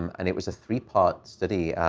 and it was a three-part study.